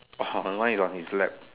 mine is on his lap